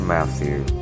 Matthew